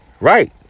Right